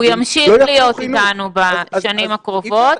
הוא ימשיך להיות איתנו בשנים הקרובות.